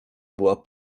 była